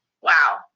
Wow